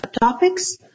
topics